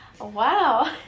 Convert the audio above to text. Wow